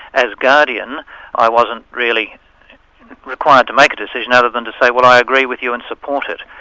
as guardian i wasn't really required to make a decision other than to say, well i agree with you and support it.